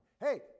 Hey